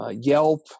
Yelp